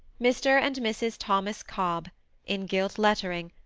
mr. and mrs. thomas cobb in gilt lettering,